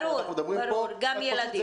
ברור, ברור, גם ילדים.